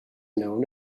known